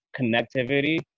connectivity